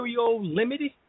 Limited